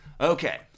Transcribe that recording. Okay